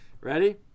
Ready